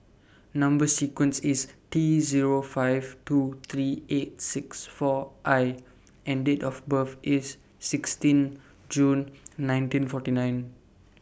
Number sequence IS T Zero five two three eight six four I and Date of birth IS sixteen June nineteen forty nine